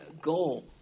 goal